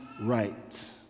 right